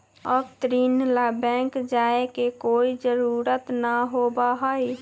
अब ऋण ला बैंक जाय के कोई जरुरत ना होबा हई